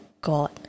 God